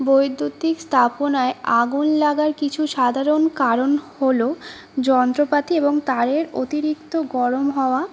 বৈদ্যুতিক স্থাপনায় আগুন লাগার কিছু সাধারণ কারণ হল যন্ত্রপাতি এবং তারের অতিরিক্ত গরম হওয়া